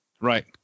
Right